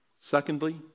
Secondly